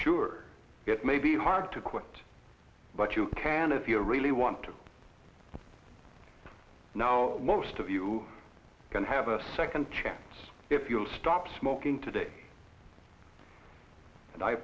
sure it may be hard to quit but you can if you really want to know most of you can have a second chance if you'll stop smoking today